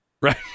Right